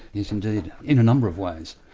yes indeed. in a number of ways.